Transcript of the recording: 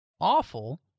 awful